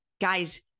Guys